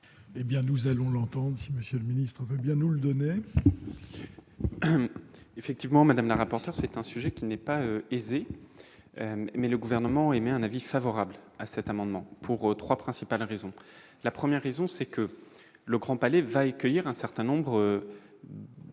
Eh bien, nous allons l'entendre si monsieur le ministre veut bien nous le donner. Effectivement madame rapporteur c'est un sujet qui n'est pas aisée, mais le gouvernement a émis un avis favorable à cet amendement pour 3 principales raisons : la première raison, c'est que le Grand Palais va écrire un certain nombre de